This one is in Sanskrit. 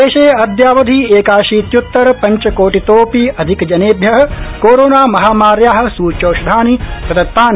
देशे अद्यावधि एकाशीत्य्त्तर पंचकोटितोप्याधिकजनेभ्य कोरोनामहामार्या स्च्यौषधानि प्रदत्तानि